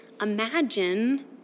imagine